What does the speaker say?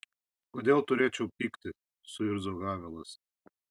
kodėl turėčiau pykti suirzo havelas